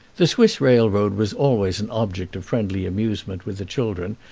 the swiss railroad was always an object of friendly amusement with the children,